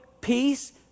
peace